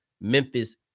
Memphis